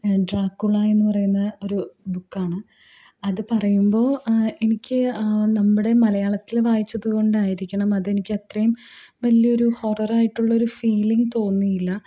Dracula എന്ന് പറയുന്ന ഒരു ബുക്ക് ആണ് അത് പറയുമ്പോൾ ആ എനിക്ക് ആ നമ്മുടെ മലയാളത്തിൽ വായിച്ചത് കൊണ്ടായിരിക്കണം അതെനിക്ക് അത്രയും വലിയൊരു ഹൊറർ ആയിട്ടുള്ള ഒരു ഫീലിങ് തോന്നിയില്ല